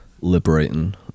liberating